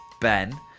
Ben